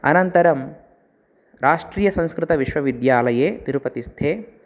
अनन्तरं राष्ट्रीयसंस्कृतविश्वविद्यालये तिरुपतिस्थे